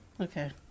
Okay